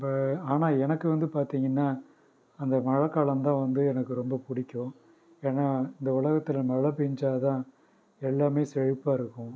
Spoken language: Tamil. இப்போ ஆனால் எனக்கு வந்து பார்த்திங்கன்னா அந்த மழைக்காலம் தான் வந்து எனக்கு ரொம்ப பிடிக்கும் ஏன்னால் இந்த உலகத்தில் மழை பெஞ்சா தான் எல்லாமே செழிப்பாக இருக்கும்